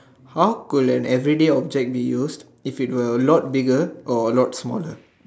how could an everyday object be used if it were a lot bigger or a lot smaller